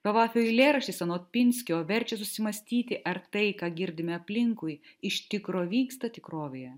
kavafio eilėraštis anot pinskio verčia susimąstyti ar tai ką girdime aplinkui iš tikro vyksta tikrovėje